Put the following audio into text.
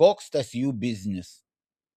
koks tas jų biznis